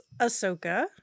Ahsoka